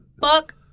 Fuck